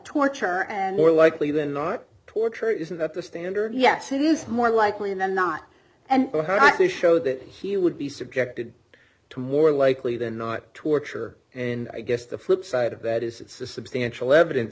torture and more likely than not torture isn't that the standard yes it is more likely than not and to show that he would be subjected to more likely than not torture and i guess the flip side of that is it's a substantial evidence